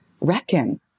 reckon